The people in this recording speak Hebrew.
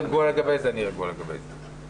אם היועץ המשפטי רגוע לגבי זה, אני רגוע לגבי זה.